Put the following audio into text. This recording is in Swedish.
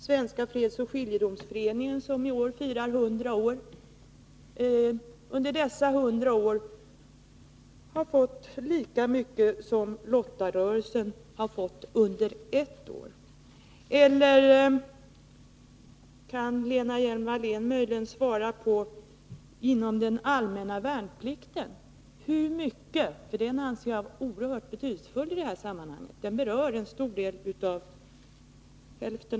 Svenska fredsoch skiljedomsföreningen, som i år firar 100 år, under dessa 100 år har fått lika mycket pengar som lottarörelsen har fått under ett år. Den allmänna värnplikten anser jag vara mycket betydelsefull i det här sammanhanget därför att den berör halva vår befolkning.